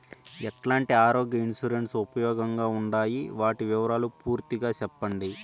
ఎట్లాంటి ఆరోగ్య ఇన్సూరెన్సు ఉపయోగం గా ఉండాయి వాటి వివరాలు పూర్తిగా సెప్పండి?